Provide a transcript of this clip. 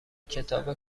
کتاب